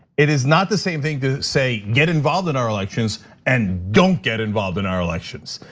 it is not the same thing to say get involved in our elections and don't get involved in our elections.